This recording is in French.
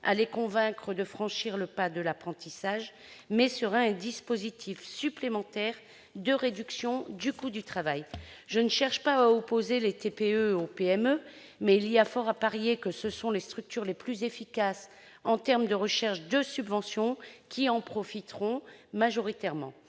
les convaincre de franchir le pas de l'apprentissage. Cette aide deviendra alors un dispositif supplémentaire de réduction du coût du travail. Je ne cherche pas opposer les TPE aux PME, mais il y a fort à parier que ce sont les structures les plus efficaces en termes de recherche de subventions qui en profiteront majoritairement,